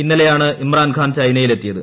ഇന്നലെയാണ് ഇമ്രാൻഖാൻ ചൈനയിലെത്തിയത്